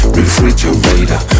refrigerator